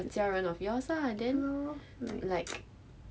a 家人 of yours lah then like